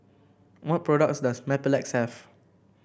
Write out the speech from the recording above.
what products does Mepilex have